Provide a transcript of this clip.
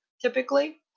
typically